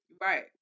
Right